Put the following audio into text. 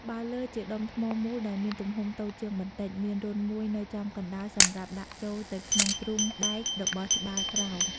ត្បាល់លើ ជាដុំថ្មមូលដែលមានទំហំតូចជាងបន្តិច មានរន្ធមួយនៅចំកណ្ដាលសម្រាប់ដាក់ចូលទៅក្នុងទ្រូងដែករបស់ត្បាល់ក្រោម។